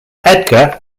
edgar